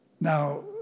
Now